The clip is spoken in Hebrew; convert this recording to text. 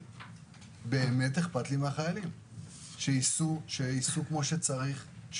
באמת אכפת לי מהחיילים שיסעו כמו שצריך,